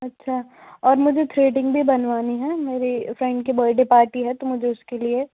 अच्छा और मुझे थ्रेडिंग भी बनवाना है मेरे फ्रेंड के बरडे पार्टी है तो मुझे उसके लिए